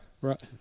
Right